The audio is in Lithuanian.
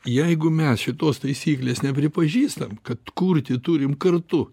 jeigu mes šitos taisyklės nepripažįstam kad kurti turim kartu